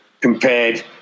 compared